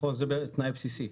זה תנאי בסיסי.